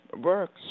works